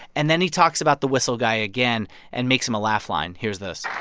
and then he talks about the whistle guy again and makes him a laugh line. here's this